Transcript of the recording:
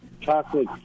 chocolate